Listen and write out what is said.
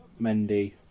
Mendy